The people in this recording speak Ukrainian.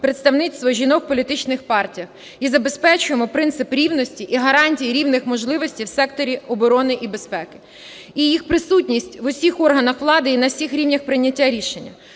представництво жінок в політичних партіях і забезпечуємо принцип рівності і гарантій рівних можливостей в секторі оборони і безпеки і їх присутність в усіх органах влади і на всіх рівнях прийняття рішення.